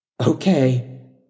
Okay